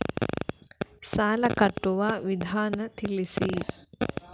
ಸಾಲ ಕಟ್ಟುವ ವಿಧಾನ ತಿಳಿಸಿ?